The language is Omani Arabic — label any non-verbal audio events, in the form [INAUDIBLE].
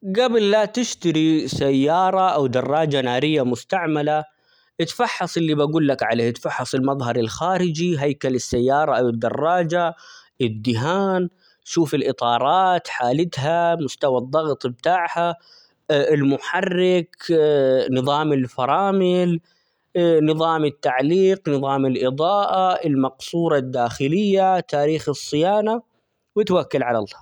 قبل لا تشتري سيارة، أو دراجة نارية مستعملة اتفحص اللي بقول لك عليه ، اتفحص المظهر الخارجي، هيكل السيارة أو الدراجة ،الدهان شوف الإطارات ،حالتها ،مستوى الضغط بتاعها ،المحرك [HESITATION] نظام الفرامل، [HESITATION] نظام التعليق، نظام الإضاءة، المقصورة الداخلية، تاريخ الصيانة ،وتوكل على الله.